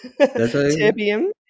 terbium